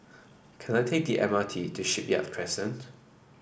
can I take the M R T to Shipyard Crescent